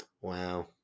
Wow